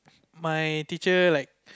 my teacher like